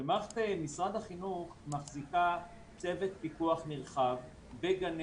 שמערכת משרד החינוך מחזיקה צוות פיקוח נרחב בגני